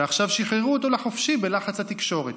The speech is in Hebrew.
ועכשיו שחררו אותו לחופשי בלחץ התקשורת.